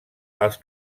als